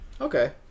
Okay